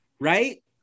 right